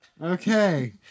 Okay